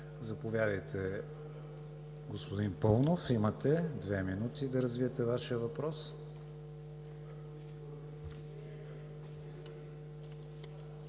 Заповядайте, господин Паунов – имате две минути, за да развиете Вашия въпрос.